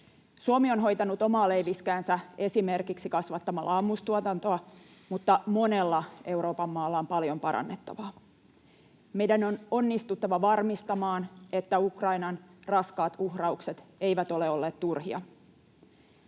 Suomi on hoitanut omaa leiviskäänsä esimerkiksi kasvattamalla ammustuotantoa, mutta monella Euroopan maalla on paljon parannettavaa. Meidän on onnistuttava varmistamaan, että Ukrainan raskaat uhraukset eivät ole olleet turhia.